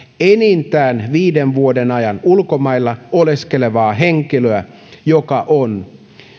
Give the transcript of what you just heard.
enintään viiden vuoden ajan ulkomailla oleskelevaa henkilöä joka on